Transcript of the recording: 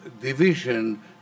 division